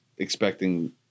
Expecting